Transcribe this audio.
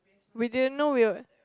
we didn't know we were